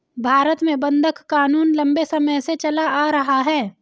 भारत में बंधक क़ानून लम्बे समय से चला आ रहा है